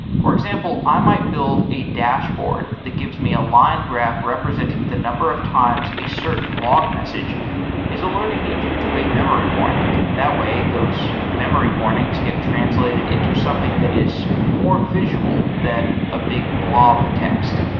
for example, i might build a dashboard that gives me a line graph representing the number of times a certain log message is alerting me due to a memory warning. that way, those memory warnings gets translated into something that is more visual than a big blob of text.